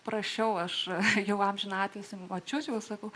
prašiau aš jau amžiną atilsį močiutei va sakau